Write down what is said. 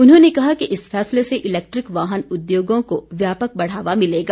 उन्होंने कहा कि इस फैसले से इलेक्ट्रिक वाहन उद्योगों को व्यापक बढ़ावा मिलेगा